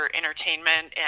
entertainment